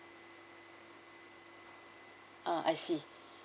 ah I see